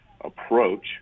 approach